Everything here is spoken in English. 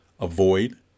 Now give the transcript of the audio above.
avoid